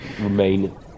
remain